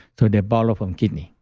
so, they borrow from kidney.